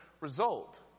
result